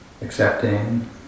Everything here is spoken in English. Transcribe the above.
Accepting